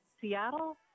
Seattle